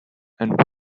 and